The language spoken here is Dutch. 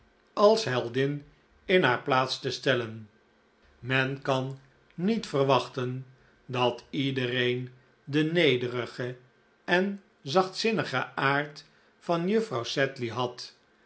als heldin in haar plaats te stellen men kan niet verwachten dat iedereen den nederigen en zachtzinnigen aard van juffrouw sedley had